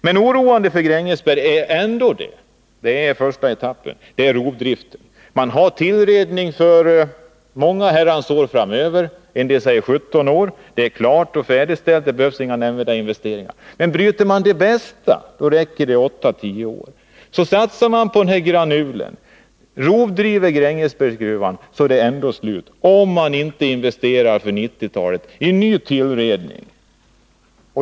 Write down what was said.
Men oroande för Grängesberg — det är första etappen — är ändå rovdriften. Man har tillredning för många herrans år framöver — en del säger 17 år. Det är klart och färdigställt. Det behövs inga nämnvärda investeringar. Men bryter man det bästa räcker det 8-10 år. Satsar man på granultillverkning, rovdriver Grängesbergsgruvan, är det ändå slut, om man inte investerar för 1990-talet i ny tillredning.